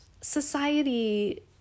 Society